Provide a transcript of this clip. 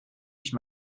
nicht